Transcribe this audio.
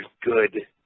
good